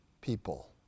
people